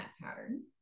pattern